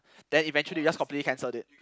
then eventually we just completely cancelled it